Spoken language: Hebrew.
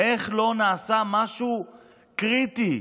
איך לא נעשה משהו קריטי,